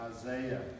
Isaiah